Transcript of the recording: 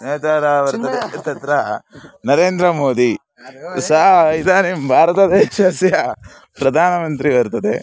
नेताराः वर्तते तत्र नरेन्द्रमोदी सा इदानीं भारतदेशस्य प्रदानमन्त्री वर्तते